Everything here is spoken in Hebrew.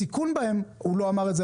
הסיכון בהם הוא לא אמר את זה,